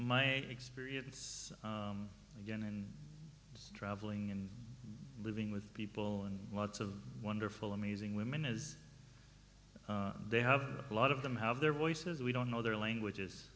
my experience again and traveling and living with people lots of wonderful amazing women is they have a lot of them have their voices we don't know their languages